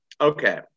okay